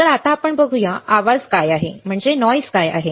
आता आपण बघूया आवाज काय आहे